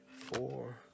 four